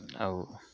ଆଉ